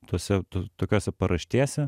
tose tokiose paraštėse